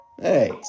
Hey